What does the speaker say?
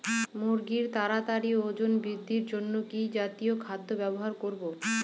মুরগীর তাড়াতাড়ি ওজন বৃদ্ধির জন্য কি জাতীয় খাদ্য ব্যবহার করব?